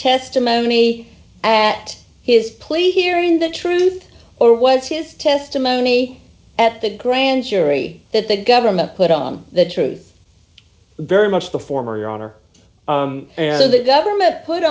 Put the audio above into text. testimony at his place hearing the truth or was his testimony at the grand jury that the government put on the truth very much the former your honor and the government put